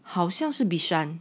好像是 bishan